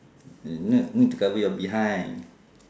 n~ need need to cover your behind